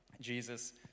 Jesus